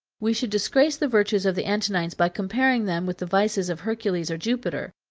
we should disgrace the virtues of the antonines by comparing them with the vices of hercules or jupiter.